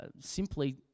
simply